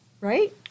right